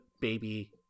baby